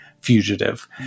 fugitive